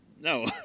no